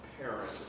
parent